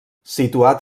situat